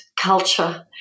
culture